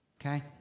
Okay